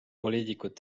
poliitikud